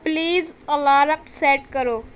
please alarm set کرو